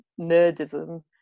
nerdism